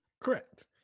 Correct